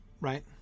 right